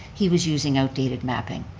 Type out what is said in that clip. he was using outdated mapping.